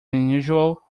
unusual